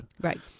Right